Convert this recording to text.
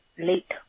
late